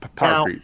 Now